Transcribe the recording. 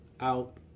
out